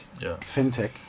fintech